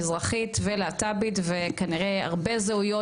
מזרחית ולהט"בית וכנראה הרבה זהויות